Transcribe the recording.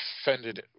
offended